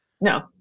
No